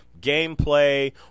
gameplay